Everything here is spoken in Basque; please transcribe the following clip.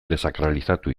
desakralizatu